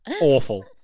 awful